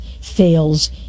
fails